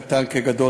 קטן כגדול,